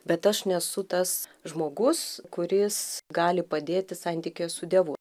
bet aš nesu tas žmogus kuris gali padėti santykyje su dievu